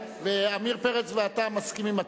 ועמיר פרץ ואתה מסכימים,